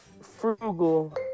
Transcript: Frugal